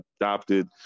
adopted